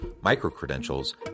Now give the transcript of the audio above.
micro-credentials